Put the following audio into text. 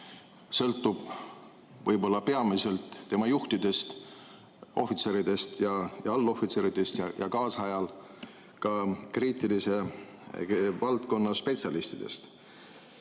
sõltub peamiselt tema juhtidest, ohvitseridest ja allohvitseridest ja tänapäeval ka kriitilise valdkonna spetsialistidest.